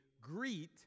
greet